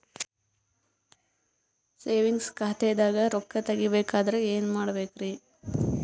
Savings ಖಾತಾದಾಗ ರೊಕ್ಕ ತೇಗಿ ಬೇಕಾದರ ಏನ ಮಾಡಬೇಕರಿ?